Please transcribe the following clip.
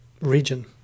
region